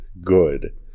Good